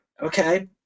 okay